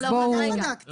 דן לא בדק, אני בדקתי.